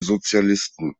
sozialisten